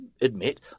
admit